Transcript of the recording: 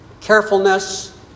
carefulness